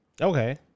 Okay